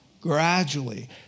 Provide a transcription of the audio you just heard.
gradually